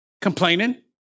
complaining